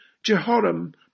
Jehoram